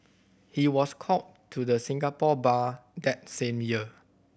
he was called to the Singapore Bar that same year